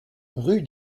rue